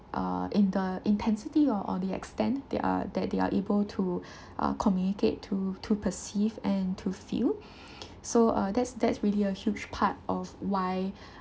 uh in the intensity or the extent they are that they are able to uh communicate to to perceive and to feel so uh that's that's really a huge part of why